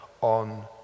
on